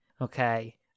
Okay